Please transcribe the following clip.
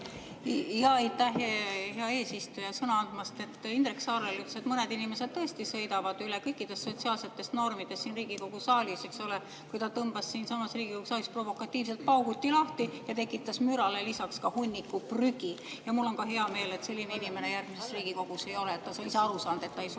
Aitäh, hea eesistuja, sõna andmast! Indrek Saar ütles, et mõned inimesed tõesti sõidavad üle kõikidest sotsiaalsetest normidest siin Riigikogu saalis, eks ole. Ta tõmbas siinsamas Riigikogu saalis provokatiivselt pauguti lahti ja tekitas mürale lisaks ka hunniku prügi. Mul on ka hea meel, et sellist inimest järgmises Riigikogus ei ole ja et ta on ise aru saanud, et ta ei sobi